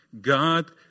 God